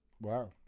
Wow